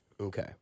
Okay